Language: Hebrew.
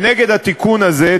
נגד התיקון הזה,